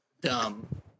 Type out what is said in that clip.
dumb